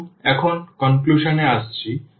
এবং এখন কনক্লুশন এ আসছি